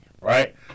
right